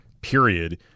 period